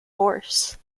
horse